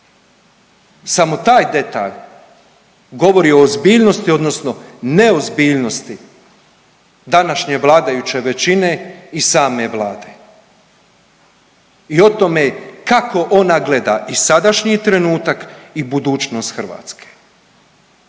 Samo taj detalj govori o ozbiljnosti odnosno neozbiljnosti današnje vladajuće većine i same Vlade i o tome kako ona gleda i sadašnji trenutak i budućnost Hrvatske